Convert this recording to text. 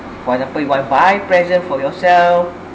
for example you want buy present for yourself